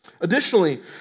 Additionally